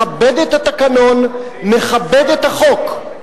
מכבד את התקנון, מכבד את החוק.